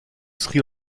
sri